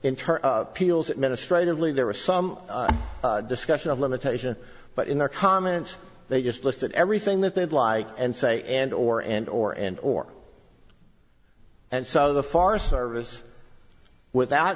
inter peals administratively there was some discussion of limitation but in their comments they just listed everything that they'd like and say and or and or and or and so the forest service without